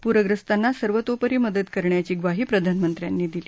पूर्यस्तांना सर्वोतोपरी मदत करण्याची ग्वाही प्रधानमंत्र्यांनी दिली